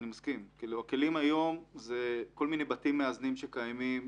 הכלים היום זה כל מיני בתים מאזנים שקיימים,